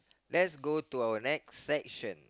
let's go to our next section